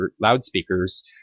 loudspeakers